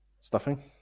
Stuffing